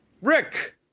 Rick